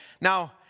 Now